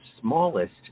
smallest